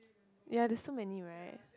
ya there's so many right